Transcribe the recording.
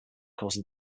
cause